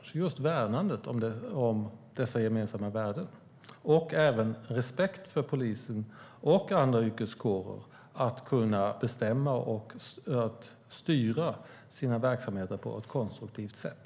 Det handlar också om respekt för polisen och andra yrkeskårer och deras förmåga att bestämma och styra sina verksamheter på ett konstruktivt sätt.